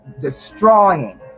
destroying